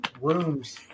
rooms